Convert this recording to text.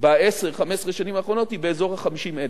ב-10 15 השנים האחרונות היא באזור ה-50,000.